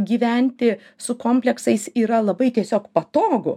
gyventi su kompleksais yra labai tiesiog patogu